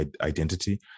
identity